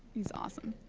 he's awesome.